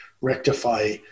rectify